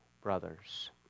brothers